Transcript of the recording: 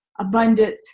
abundant